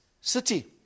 city